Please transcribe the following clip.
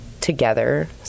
together